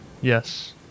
yes